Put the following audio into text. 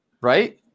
Right